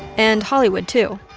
and hollywood too,